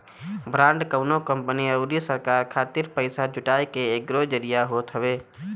bond कवनो company अउरी सरकार खातिर पईसा जुटाए के एगो जरिया होत हवे